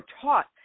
taught